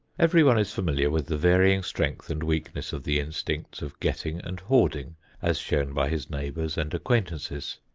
everyone is familiar with the varying strength and weakness of the instincts of getting and hoarding as shown by his neighbors and acquaintances.